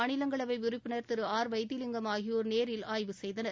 மாநிலங்களவை உறுப்பினர் திரு ஆர் வைத்திலிங்கம் ஆகியோர் நேரில் ஆய்வு செய்தனர்